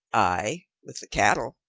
ay, with the cattle.